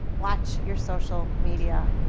watch your social media.